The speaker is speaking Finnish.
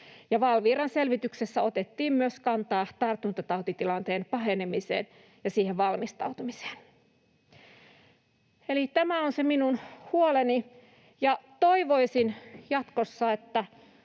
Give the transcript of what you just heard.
Valviran selvityksessä otettiin myös kantaa tartuntatautitilanteen pahenemiseen ja siihen valmistautumiseen. Eli tämä on se minun huoleni, ja toivoisin, että